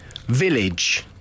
Village